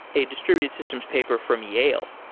a distributed systems paper from yale.